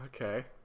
Okay